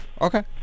okay